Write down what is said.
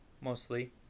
mostly